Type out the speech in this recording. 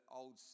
old